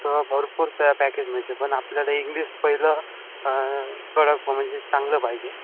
त भरपूर प पॅकेज मिळते पण आपल्याला एक दिवस पहिलं कडक म्हणजे चांगलं पाहिजे